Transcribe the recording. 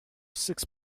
six